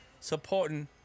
supporting